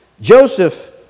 Joseph